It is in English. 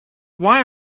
why